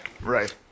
right